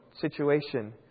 situation